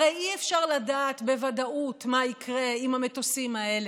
הרי אי-אפשר לדעת בוודאות מה יקרה עם המטוסים האלה,